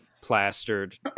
plastered